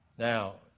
Now